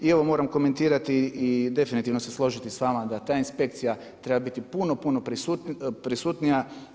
I ovo moram komentirati i definitivno se složiti s vama da ta inspekcija treba biti puno, puno prisutnija.